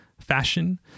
fashion